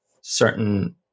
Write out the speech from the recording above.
certain